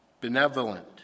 Benevolent